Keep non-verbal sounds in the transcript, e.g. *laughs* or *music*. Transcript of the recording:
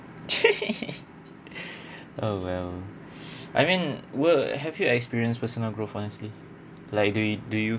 *laughs* oh well I mean well have you experienced personal growth honestly like do you do you